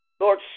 Lord